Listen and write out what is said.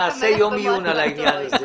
ניסוח יפה.